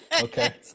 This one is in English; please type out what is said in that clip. okay